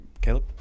Caleb